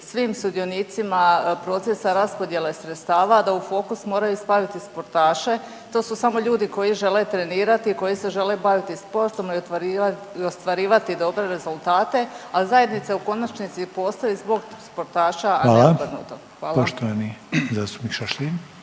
svim sudionicima procesa raspodjele sredstava da u fokus moraju staviti sportaše to su samo ljudi koji žele trenirati i koji se žele baviti sportom i ostvarivati dobre rezultate, a zajednica u konačnici postoji zbog sportaša, a ne obrnuto. Hvala.